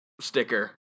sticker